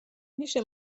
میشه